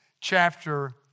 chapter